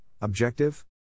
objective